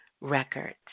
records